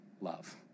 love